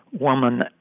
woman